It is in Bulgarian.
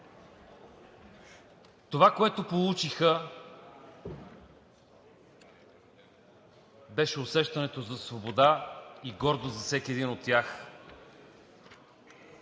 Това, което получиха, беше усещането за свобода и гордост за всеки един от тях.